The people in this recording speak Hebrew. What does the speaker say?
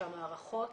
שהמערכות